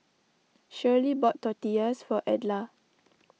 Shirley bought Tortillas for Edla